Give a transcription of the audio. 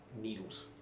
needles